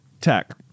Tech